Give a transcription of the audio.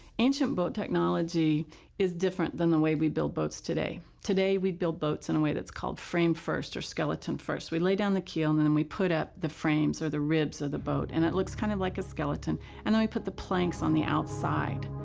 ancient boat technology is different than the way we build boats today. today we build boats in a way that's called frame first or skeleton first. we lay down the keel and then we put up the frames, or the ribs, of ah the boat and it looks kind of like a skeleton. and then we put the planks on the outside.